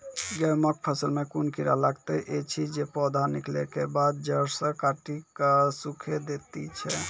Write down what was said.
गेहूँमक फसल मे कून कीड़ा लागतै ऐछि जे पौधा निकलै केबाद जैर सऽ काटि कऽ सूखे दैति छै?